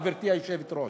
גברתי היושבת-ראש.